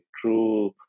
true